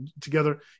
together